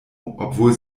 obwohl